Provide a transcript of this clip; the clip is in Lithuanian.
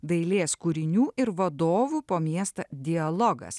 dailės kūrinių ir vadovų po miestą dialogas